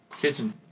Kitchen